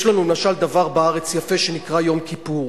יש לנו, למשל, דבר יפה בארץ שנקרא יום כיפור.